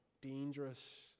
dangerous